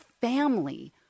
family